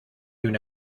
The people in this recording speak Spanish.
una